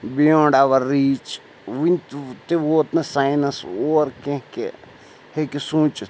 beyond our reach وٕنہِ تہِ ووت نہٕ ساینَس اور کینٛہہ کہِ ہیٚکہِ سوٗنٛچِتھ